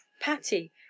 Patty